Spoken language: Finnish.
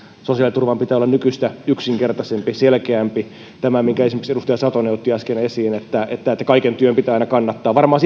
sosiaaliturvan pitää olla nykyistä yksinkertaisempi ja selkeämpi tästäkin minkä esimerkiksi edustaja satonen otti äsken esiin että että kaiken työn pitää aina kannattaa varmaan